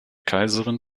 kaiserin